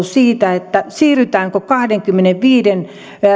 siitä siirrytäänkö kahdenkymmenenviiden